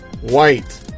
white